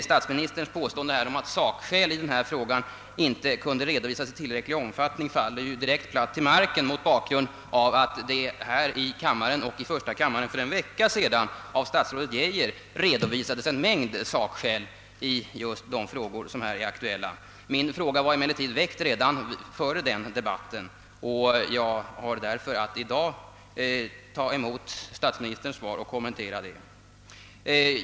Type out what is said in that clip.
Statsministerns påstående att sakskäl i denna fråga inte kunde redovisas i tillräcklig omfattning faller platt till marken mot bakgrunden av att statsrådet Geijer här i kammaren och i första kammaren för en vecka sedan räknade upp en mängd sakskäl i just de spörsmål som här är aktuella. Min fråga var emellertid framställd redan före denna debatt, och jag har därför att i dag ta emot statsministerns svar och kommentera det.